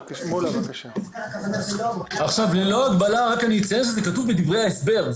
עכשיו "ללא הגבלה" זה כתוב בדברי ההסבר,